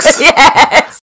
Yes